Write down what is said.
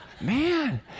Man